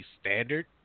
standard